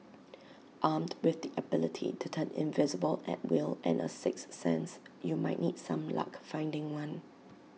armed with the ability to turn invisible at will and A sixth sense you might need some luck finding one